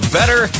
Better